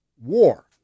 war